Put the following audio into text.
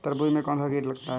तरबूज में कौनसा कीट लगता है?